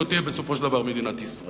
לא תהיה בסופו של דבר מדינת ישראל,